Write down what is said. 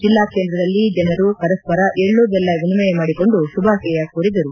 ಜೆಲ್ಲಾಕೇಂದ್ರದಲ್ಲಿ ಜನರು ಪರಸ್ಪರ ಎಳ್ಳು ಬೆಲ್ಲ ವಿನಿಮಯ ಮಾಡಿಕೊಂಡು ಶುಭಾಶಯ ಕೋರಿದರು